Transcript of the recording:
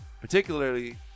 Particularly